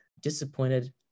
Disappointed